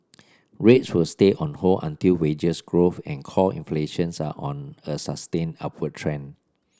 rates will stay on hold until wages growth and core inflations are on a sustained upward trend